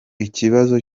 ikibazo